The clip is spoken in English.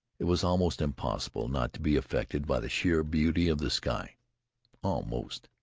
it was almost impossible not to be affected by the sheer beauty of the sky almost.